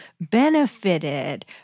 benefited